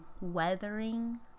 Weathering